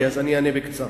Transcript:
אני אענה בקצרה.